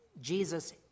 Jesus